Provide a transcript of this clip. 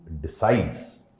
decides